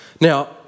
Now